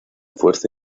fuerza